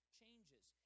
changes